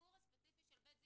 הסיפור הספציפי של 'בית זיו',